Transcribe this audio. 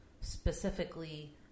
specifically